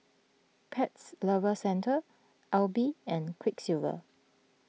Pet Lovers Centre Aibi and Quiksilver